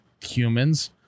humans